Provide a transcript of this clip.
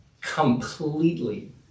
completely